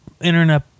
internet